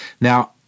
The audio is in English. Now